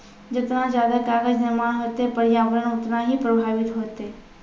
जतना जादे कागज निर्माण होतै प्रर्यावरण उतना ही प्रभाबित होतै